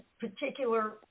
particular